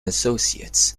associates